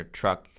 truck